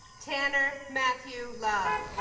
tanner matthew love